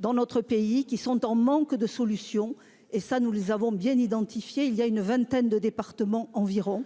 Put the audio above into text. dans notre pays qui sont en manque de solutions et ça nous les avons bien identifié. Il y a une vingtaine de départements, environ